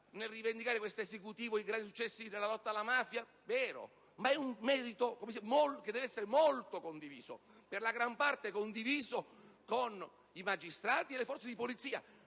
nel rivendicare a questo Esecutivo i successi nella lotta alla mafia. È vero, ma è un merito che va molto condiviso, per la gran parte con i magistrati e le forze di polizia,